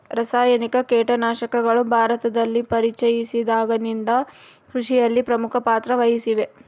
ರಾಸಾಯನಿಕ ಕೇಟನಾಶಕಗಳು ಭಾರತದಲ್ಲಿ ಪರಿಚಯಿಸಿದಾಗಿನಿಂದ ಕೃಷಿಯಲ್ಲಿ ಪ್ರಮುಖ ಪಾತ್ರ ವಹಿಸಿವೆ